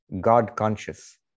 God-conscious